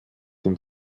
dem